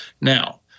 Now